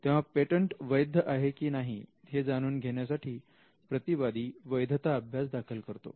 तेव्हा पेटंट वैध आहे की नाही हे जाणून घेण्यासाठी प्रतिवादी वैधता अभ्यास दाखल करत असतो